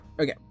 Okay